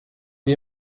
wir